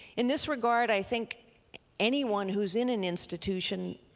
in this regard, i think anyone who's in an institution,